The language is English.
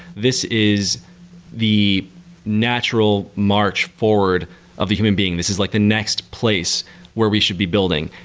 this is the natural march forward of the human being. this is like the next place where we should be building.